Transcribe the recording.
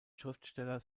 schriftsteller